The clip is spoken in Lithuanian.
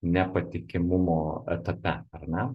nepatikimumo etape ar ne